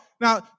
Now